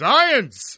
Science